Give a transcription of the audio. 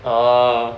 orh